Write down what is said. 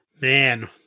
Man